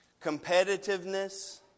Competitiveness